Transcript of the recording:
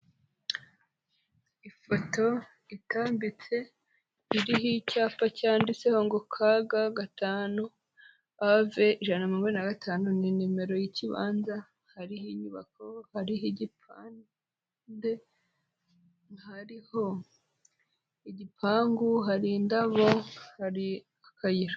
Ifoto itambitse iriho icyapa cyanditseho ngo kaga gatanu ave ijana na nagatanu ni nimero y'ikibanza, hariho inyubako, hari igipande, hariho igipangu, hari indabo, hari akayira.